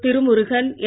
Thirumurugan என்